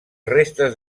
restes